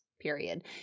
period